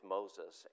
Moses